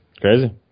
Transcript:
crazy